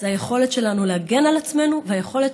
זה היכולת שלנו להגן על עצמנו והיכולת